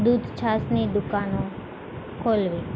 દૂધ છાશની દુકાનો ખોલવી